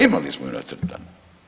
Imali smo je nacrtanu.